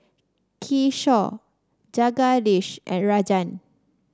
Kishore Jagadish and Rajan